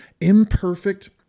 imperfect